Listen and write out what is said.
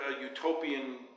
utopian